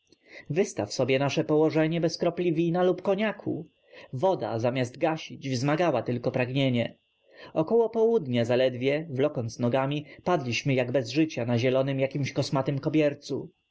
wystaw sobie nasze położenie bez kropli wina lub koniaku woda zamiast gasić wzmagała tylko pragnienie około południa zaledwie wlokąc nogami padliśmy jak bez życia na zielonym jakimś kosmatym kobiercu